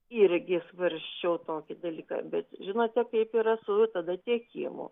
irgi svarsčiau tokį dalyką bet žinote kaip yra su tada tiekimu